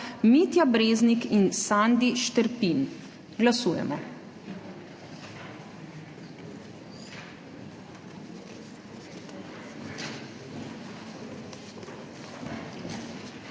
Mitja Breznik in Sandi Šterpin. Glasujemo.